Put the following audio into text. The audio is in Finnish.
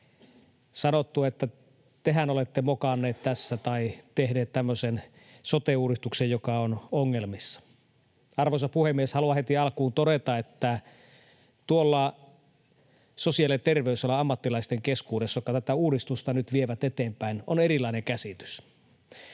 sanottu, että tehän olette mokanneet tässä tai tehneet tämmöisen sote-uudistuksen, joka on ongelmissa. Arvoisa puhemies! Haluan heti alkuun todeta, että tuolla sosiaali- ja terveysalan ammattilaisten keskuudessa, jotka tätä uudistusta nyt vievät eteenpäin, on erilainen käsitys.